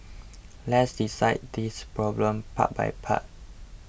let's this problem part by part